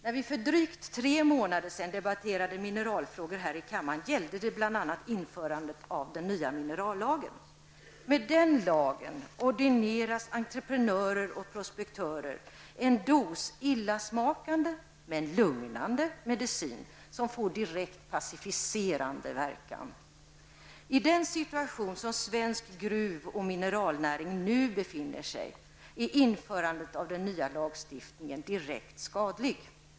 När vi för drygt tre månader sedan debatterade mineralfrågor här i kammaren gällde det bl.a. införandet av den nya minerallagen. Med den lagen ordineras entreprenörer och prospektörer en dos illasmakande men lugnande medicin som får direkt passiviserande verkan. I den situation som svensk gruv och mineralnäring nu befinner sig i är införandet av den nya lagstiftningen direkt skadligt.